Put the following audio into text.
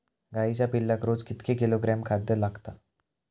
गाईच्या पिल्लाक रोज कितके किलोग्रॅम खाद्य लागता?